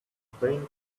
plane